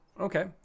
Okay